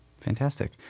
Fantastic